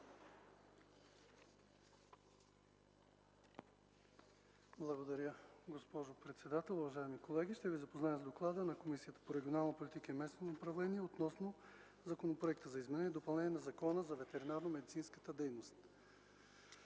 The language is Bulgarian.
Благодаря. Госпожо председател, уважаеми колеги! Ще ви запозная с Доклада на Комисията по регионална политика и местно самоуправление относно Законопроект за изменение и допълнение на Закона за ветеринарномедицинската дейност.